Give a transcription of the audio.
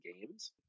games